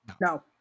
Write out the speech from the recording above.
No